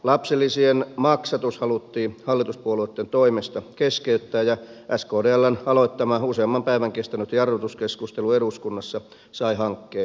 lapsilisien maksatus halut tiin hallituspuolueitten toimesta keskeyttää ja skdln aloittama useamman päivän kestänyt jarrutuskeskustelu eduskunnassa sai hankkeen raukeamaan